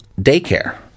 daycare